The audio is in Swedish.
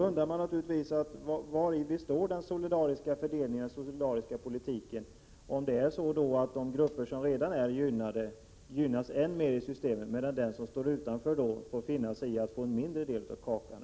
Vari består den solidariska fördelningen och den solidariska politiken, om de grupper som redan är gynnade skall gynnas än mer i systemet, medan de som står utanför måste finna sig i att få en mindre del av kakan?